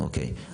נראה לי שכן.